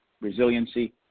resiliency